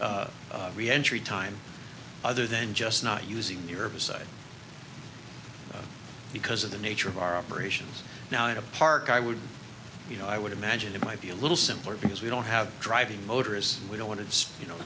reentry time other than just not using your side because of the nature of our operations now in a park i would you know i would imagine it might be a little simpler because we don't have driving motorists we don't want to you know